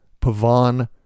Pavan